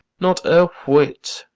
not a whit,